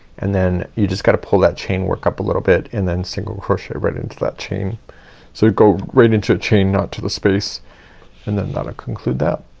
and then you just gotta pull that chain work up a little bit and then single crochet right into that chain. so go right into a chain not to the space and then that'll conclude that.